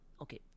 okay